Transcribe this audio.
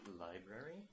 library